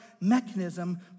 mechanism